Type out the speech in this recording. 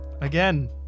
again